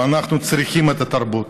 ואנחנו צריכים את התרבות.